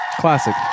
Classic